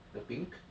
the pink